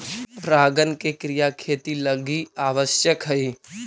परागण के क्रिया खेती लगी आवश्यक हइ